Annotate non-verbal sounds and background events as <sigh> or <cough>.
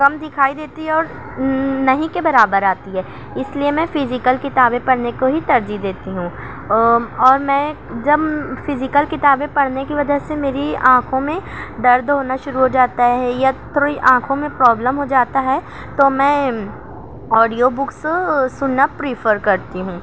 کم دکھائی دیتی ہے اور نہیں کے برابر آتی ہے اس لیے میں فزیکل کتابیں پڑھنے کو ہی ترجیح دیتی ہوں او اور میں جب فزیکل کتابیں پڑھنے کی وجہ سے میری آنکھوں میں درد ہونا شروع ہو جاتا ہے یا <unintelligible> آںکھوں میں پرابلم ہو جاتا ہے تو میں آڈیو بکس سننا پریفر کرتی ہوں